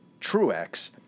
Truex